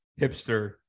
hipster